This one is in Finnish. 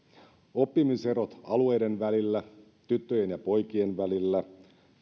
oppimiserot alueiden välillä tyttöjen ja poikien välillä